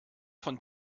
von